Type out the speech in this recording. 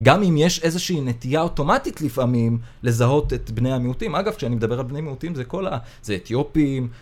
גם אם יש איזושהי נטייה אוטומטית לפעמים, לזהות את בני המיעוטים. אגב, כשאני מדבר על בני מיעוטים, זה כל ה...זה אתיופים,